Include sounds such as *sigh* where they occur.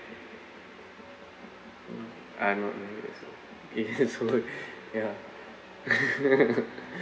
mm I'm not married as well *laughs* ya *laughs*